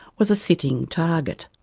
was a sitting target.